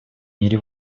мире